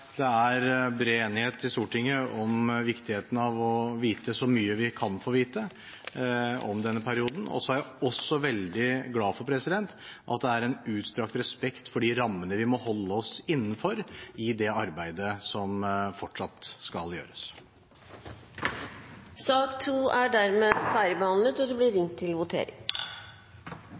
det er bred enighet i Stortinget om viktigheten av å vite så mye vi kan få vite om denne perioden. Så er jeg også veldig glad for at det er en utstrakt respekt for de rammene vi må holde oss innenfor i det arbeidet som fortsatt skal gjøres. Debatten i sak nr. 2 er dermed avsluttet. Da er vi klare til å gå til votering.